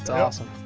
it's awesome.